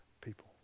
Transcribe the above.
people